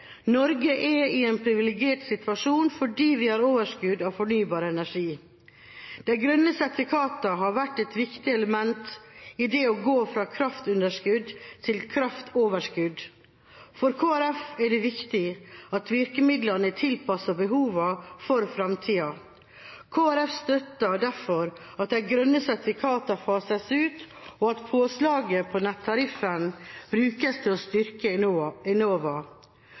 Norge er i en privilegert situasjon fordi vi har overskudd av fornybar energi. De grønne sertifikatene har vært et viktig element i det å gå fra kraftunderskudd til kraftoverskudd. For Kristelig Folkeparti er det viktig at virkemidlene er tilpasset behovene for framtida. Kristelig Folkeparti støtter derfor at de grønne sertifikatene fases ut, og at påslaget på nettariffen brukes til å styrke Enova.